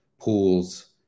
pools